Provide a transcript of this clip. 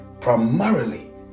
primarily